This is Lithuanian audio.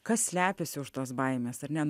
kas slepiasi už tos baimės ar ne